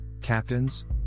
captains